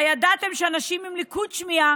הידעתם שאנשים עם לקות שמיעה